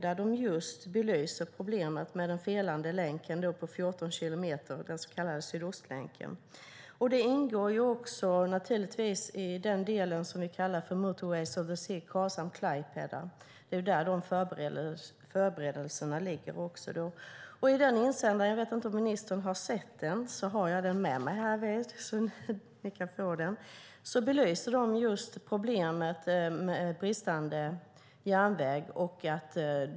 Där belyser de problemet med den felande länken på 14 kilometer, den så kallade Sydostlänken. Den ingår i den del som vi kallar Motorways of the Sea Karlshamn-Klaipeda. Där ligger förberedelserna. I insändaren belyser de problemet med bristande järnväg.